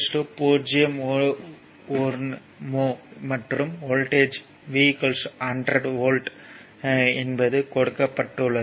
1 mho மற்றும் voltage V 100 V என்பது கொடுக்கப்பட்டு உள்ளது